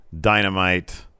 Dynamite